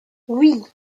oui